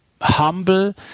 humble